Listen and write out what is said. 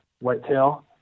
whitetail